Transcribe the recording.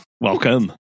welcome